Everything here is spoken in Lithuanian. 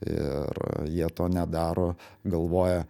ir jie to nedaro galvoja